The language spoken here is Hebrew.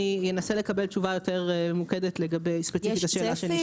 אני אנסה לקבל תשובה יותר ממוקדת לגבי ספציפית לשאלה שנשאלה.